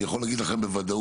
אני יכול להגיד לכם בוודאות